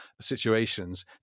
situations